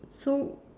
so